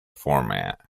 format